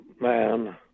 man